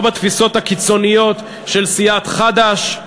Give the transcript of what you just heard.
לא בתפיסות הקיצוניות של סיעת חד"ש,